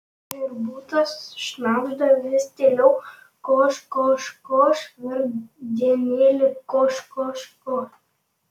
tvirbutas šnabžda vis tyliau koš koš koš vargdienėli koš koš koš